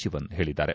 ಶಿವನ್ ಹೇಳಿದ್ದಾರೆ